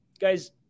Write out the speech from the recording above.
guys